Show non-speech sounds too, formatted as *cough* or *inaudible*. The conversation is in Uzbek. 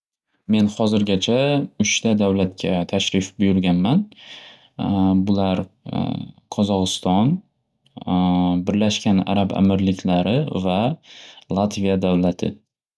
Men xozirgacha uchta davlatga tashrif buyurganman. Bular *hesitation* Qozog'iston, *hesitation* Birlashgan Arab amirliklari va Latviya davlati.